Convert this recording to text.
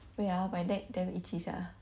wait ah my neck damn itchy sia